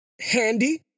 handy